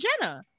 Jenna